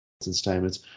statements